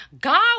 God